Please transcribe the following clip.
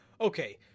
okay